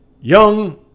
young